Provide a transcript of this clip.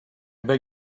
beg